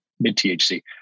mid-THC